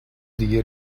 دیگه